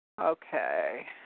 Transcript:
Okay